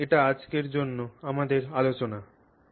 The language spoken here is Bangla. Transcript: সুতরাং এটি আজকের জন্য আমাদের আলোচনা